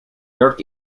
york